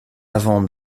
avant